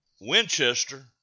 Winchester